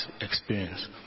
experience